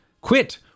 quit